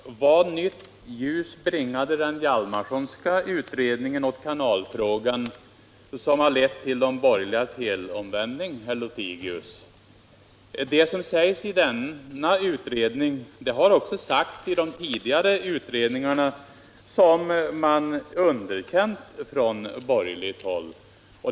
Herr talman! Vad nytt ljus bringade den Hjalmarsonska utredningen över kanalfrågan som lett till de borgerligas helomvändning, herr Lothigius? Det som sägs i denna utredning har också sagts i de tidigare utredningarna, som man från borgerligt håll underkänt.